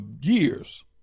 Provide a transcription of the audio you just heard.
years